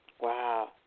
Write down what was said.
Wow